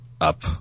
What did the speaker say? up